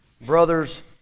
brothers